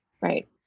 Right